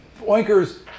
Oinkers